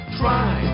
try